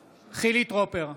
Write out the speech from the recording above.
טרופר,